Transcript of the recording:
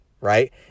right